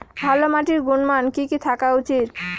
ভালো মাটির গুণমান কি কি থাকা উচিৎ?